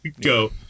Go